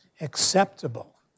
acceptable